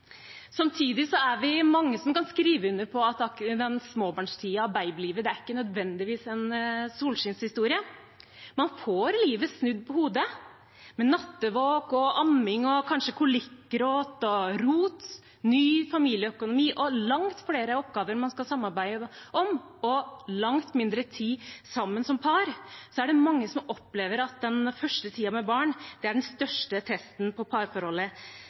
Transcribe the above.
Samtidig er vi mange som kan skrive under på at småbarnstiden og babylivet ikke nødvendigvis er en solskinnshistorie. Man får livet snudd på hodet. Med nattevåk, amming, kanskje kolikkgråt, rot, ny familieøkonomi, langt flere oppgaver man skal samarbeide om, og langt mindre tid sammen som par er det mange som opplever at den første tiden med barn er den største testen parforholdet